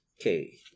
Okay